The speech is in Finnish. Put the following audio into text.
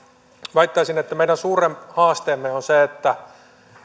väittäisin että meidän suuri haasteemme on se että